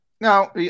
now